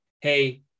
hey